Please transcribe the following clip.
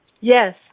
Yes